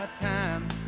time